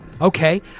Okay